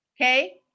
Okay